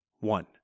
One